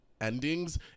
endings